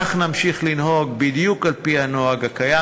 כך נמשיך לנהוג, בדיוק על-פי הנוהג הקיים.